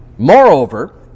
Moreover